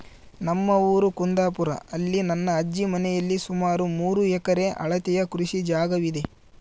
ನಮ್ಮ ಊರು ಕುಂದಾಪುರ, ಅಲ್ಲಿ ನನ್ನ ಅಜ್ಜಿ ಮನೆಯಲ್ಲಿ ಸುಮಾರು ಮೂರು ಎಕರೆ ಅಳತೆಯ ಕೃಷಿ ಜಾಗವಿದೆ